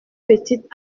petite